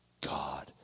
God